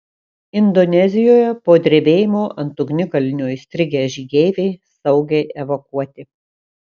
indonezijoje po drebėjimo ant ugnikalnio įstrigę žygeiviai saugiai evakuoti